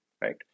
right